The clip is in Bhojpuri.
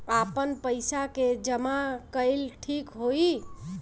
आपन पईसा के जमा कईल ठीक होई?